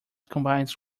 combines